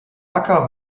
acker